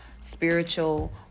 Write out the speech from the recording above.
spiritual